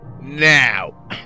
Now